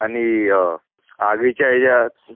आणि आधीच्या येच्यात